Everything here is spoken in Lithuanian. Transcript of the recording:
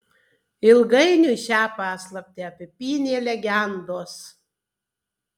ilgainiui šią paslaptį apipynė legendos